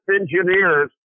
engineers